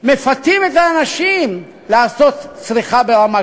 מפתים את האנשים לצריכה ברמה כזאת.